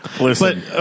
Listen